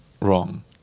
wrong